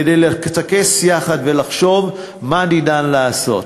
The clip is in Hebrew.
כדי לטכס עצה יחד ולחשוב מה אפשר לעשות.